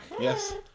Yes